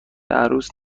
عروس